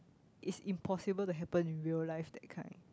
it's impossible to happen in real life that kind